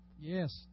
yes